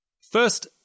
First